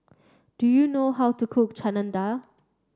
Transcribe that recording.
do you know how to cook Chana Dal